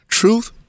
Truth